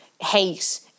hate